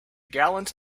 gallant